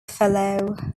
fellow